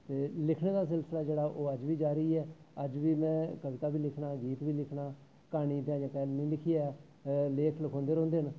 ते लिखने दा जेह्ड़ी सिलसिला ओह् अज्ज बी जारी ऐ अज्ज बी में कवीता बी लिखना गीत बी लिखना कहानी अजे तक नी लिखी ऐ लेख लखोंददे रौंह्दे न